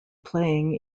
playing